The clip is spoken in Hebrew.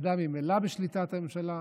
הוועדה ממילא בשליטת הממשלה.